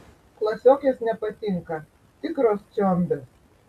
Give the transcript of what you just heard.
klasiokės nepatinka tikros čiombės